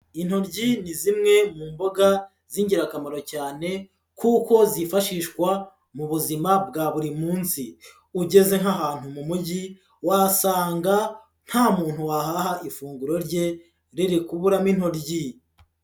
Intoryi ni zimwe mu mboga z'ingirakamaro cyane kuko zifashishwa mu buzima bwa buri munsi, ugeze nk'ahantu mu mujyi wasanga nta muntu wahaha ifunguro rye riri kuburamo intoryi.